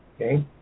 Okay